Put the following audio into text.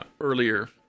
earlier